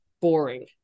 boring